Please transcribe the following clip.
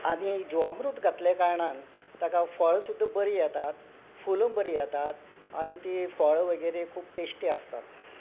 आनी जिवामृत घातले कारणान ताका फळां सुद्दां बरीं येतात फुलां बरीं येतात आनी तीं फळां वगेरे खूब टेस्टी आसतात